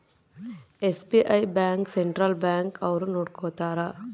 SBI bank central bank ಅವ್ರು ನೊಡ್ಕೋತರ